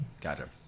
Gotcha